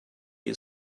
you